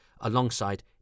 alongside